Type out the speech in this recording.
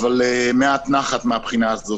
מעט נחת מהבחינה הזאת.